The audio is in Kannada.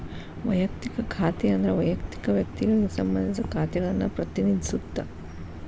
ವಯಕ್ತಿಕ ಖಾತೆ ಅಂದ್ರ ವಯಕ್ತಿಕ ವ್ಯಕ್ತಿಗಳಿಗೆ ಸಂಬಂಧಿಸಿದ ಖಾತೆಗಳನ್ನ ಪ್ರತಿನಿಧಿಸುತ್ತ